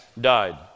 died